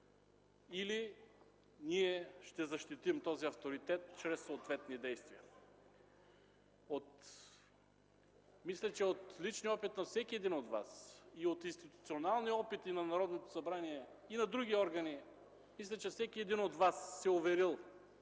или ние ще защитим този авторитет чрез съответни действия. Мисля, че от личния опит на всеки един от вас, и от институционалния опит на Народното събрание, и от други органи, мисля, че всеки един от вас се е уверил